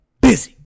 busy